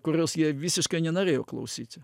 kurios jie visiškai nenorėjo klausyti